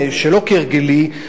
שלא כהרגלי,